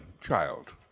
child